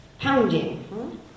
pounding